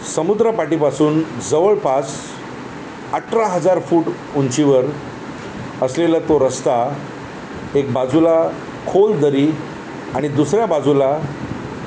समुद्र सपाटीपासून जवळपास अठरा हजार फूट उंचीवर असलेला तो रस्ता एक बाजूला खोल दरी आणि दुसऱ्या बाजूला